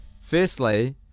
firstly